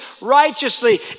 righteously